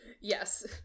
Yes